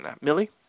Millie